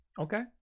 okay